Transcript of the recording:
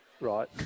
right